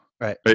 Right